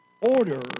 order